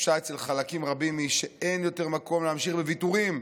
התחושה אצל חלקים רבים היא שאין יותר מקום להמשיך בוויתורים,